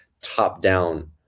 top-down